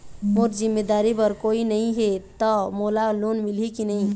मोर जिम्मेदारी बर कोई नहीं हे त मोला लोन मिलही की नहीं?